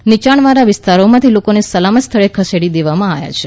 નીયાણવાળા વીસ્તારોમાંથી લોકોને સલામત સ્થળે ખસેડી દેવાયા છે